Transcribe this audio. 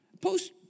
Post